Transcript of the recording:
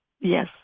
Yes